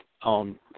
on